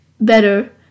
better